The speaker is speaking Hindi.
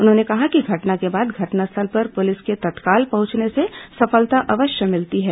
उन्होंने कहा कि घटना के बाद घटनास्थल पर पुलिस के तत्काल पहुंचने से सफलता अवश्य मिलती है